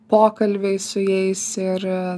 pokalbiai su jais ir